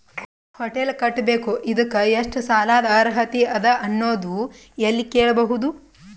Hotel ಕಟ್ಟಬೇಕು ಇದಕ್ಕ ಎಷ್ಟ ಸಾಲಾದ ಅರ್ಹತಿ ಅದ ಅನ್ನೋದು ಎಲ್ಲಿ ಕೇಳಬಹುದು?